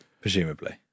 presumably